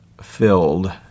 filled